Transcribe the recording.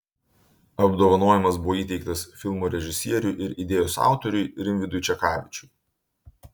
apdovanojimas buvo įteiktas filmo režisieriui ir idėjos autoriui rimvydui čekavičiui